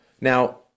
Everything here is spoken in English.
Now